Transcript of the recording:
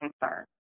concern